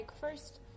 first